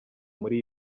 muri